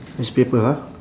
newspaper ah